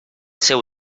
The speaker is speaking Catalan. seu